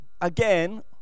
again